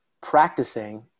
practicing